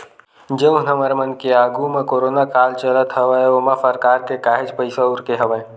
जउन हमर मन के आघू म कोरोना काल चलत हवय ओमा सरकार के काहेच पइसा उरके हवय